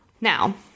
Now